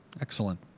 Excellent